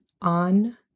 on